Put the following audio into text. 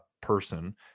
person